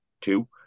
two